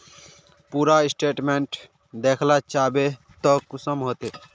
पूरा स्टेटमेंट देखला चाहबे तो कुंसम होते?